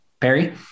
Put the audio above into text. Perry